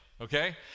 okay